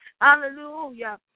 Hallelujah